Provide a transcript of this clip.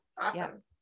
Awesome